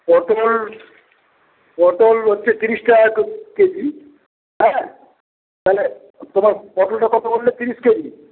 পটল পটল হচ্ছে তিরিশ টাকা কেজি হ্যাঁ তাহলে তোমার পটলটা কত বললে তিরিশ কেজি